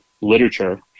literature